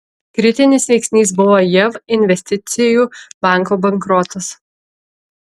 kritinis veiksnys buvo jav investicijų banko bankrotas